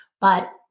But-